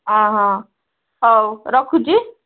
ହଁ ହଁ ହଉ ରଖୁଛି